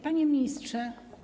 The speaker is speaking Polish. Panie Ministrze!